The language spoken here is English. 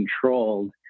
controlled